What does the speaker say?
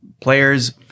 players